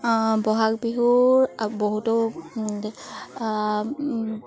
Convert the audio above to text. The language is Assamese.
বহাগ বিহুৰ বহুতো